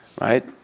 Right